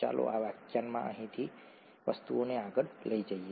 ચાલો આ વ્યાખ્યાનમાં અહીંથી વસ્તુઓને આગળ લઈ જઈએ